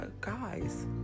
Guys